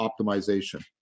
optimization